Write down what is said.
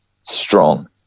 strong